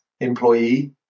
employee